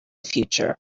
future